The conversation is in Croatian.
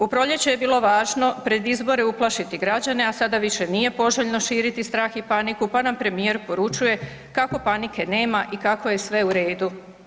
U proljeće je bilo važno pred izbore uplašiti građane, a sada više nije poželjno širiti strah i paniku pa nam premijer poručuje kako panike nema i kako je sve u redu.